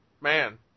Man